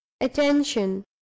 attention